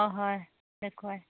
অঁ হয় দেখুৱাই